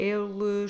Ele